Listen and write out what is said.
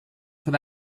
for